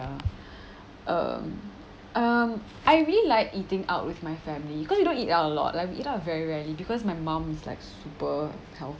ya um um I really like eating out with my family cause we don't eat out a lot like you know very rarely because my mom is like super health